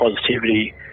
positivity